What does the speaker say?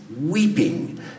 weeping